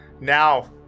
Now